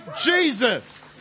Jesus